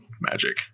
magic